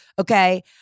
okay